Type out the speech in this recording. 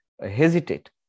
hesitate